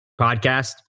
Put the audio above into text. podcast